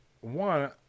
one